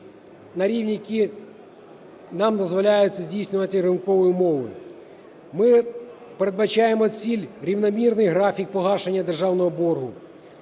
на рівні, який нам дозволяють це здійснювати ринкові умови. Ми передбачаємо ціль рівномірного графіку погашення державного боргу.